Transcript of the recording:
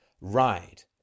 ride